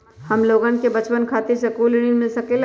हमलोगन के बचवन खातीर सकलू ऋण मिल सकेला?